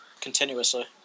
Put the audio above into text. continuously